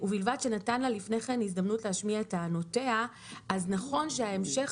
ובלבד שנתן לה לפני כן הזדמנות להשמיע את טענותיה - אז נכון שההמשך